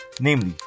namely